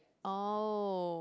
oh